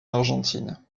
argentine